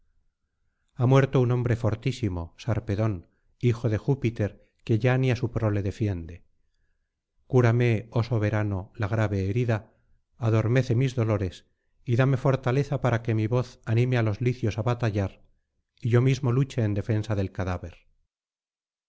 ha muerto un hombre fortísimo sarpedón hijo de júpiter que ya ni á su prole defiende cúrame oh soberano la grave herida adormece mis dolores y dame fortaleza para que mi voz anime á los licios á batallar y yo mismo luche en defensa del cadáver